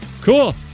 Cool